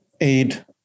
aid